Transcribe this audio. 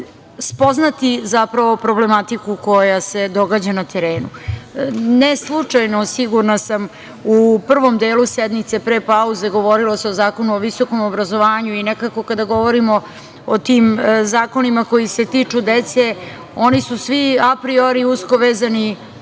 spoznati zapravo problematiku koja se događa na terenu. Ne slučajno, sigurna sam, u prvom delu sednice, pre pauze, govorilo se o Zakonu o visokom obrazovanju i nekako kada govorimo o tim zakonima koji se tiču dece, oni su svi apriori usko vezani